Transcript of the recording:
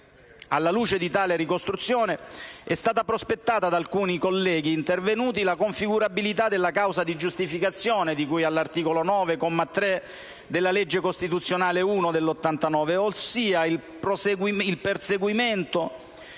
Alla luce di tale ricostruzione, è stata prospettata da alcuni colleghi intervenuti la configurabilità della causa di giustificazione di cui all'articolo 9, comma 3, della legge costituzionale n. 1 del 1989, ossia il perseguimento